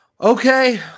Okay